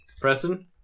Preston